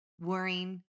worrying